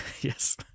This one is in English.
yes